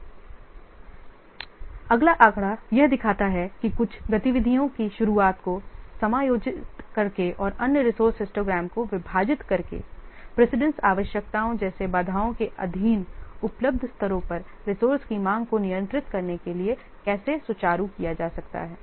इसलिए अगला आंकड़ा यह दिखाता है कि कुछ गतिविधियों की शुरुआत को समायोजित करके और अन्य रिसोर्स हिस्टोग्राम को विभाजित करके प्रीसीडेंस आवश्यकताओं जैसे बाधाओं के अधीन उपलब्ध स्तरों पर रिसोर्स की मांग को नियंत्रित करने के लिए कैसे सुचारू किया जा सकता है